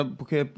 porque